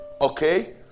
Okay